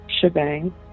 shebang